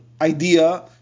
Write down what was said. idea